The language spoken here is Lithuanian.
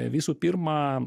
visų pirma